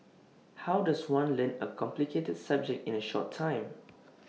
how does one learn A complicated subject in A short time